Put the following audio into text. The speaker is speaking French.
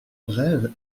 brèves